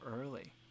early